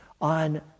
on